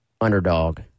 underdog